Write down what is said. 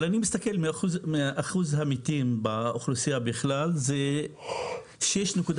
אני מסתכל על אחוז המתים באוכלוסייה בכלל 6.3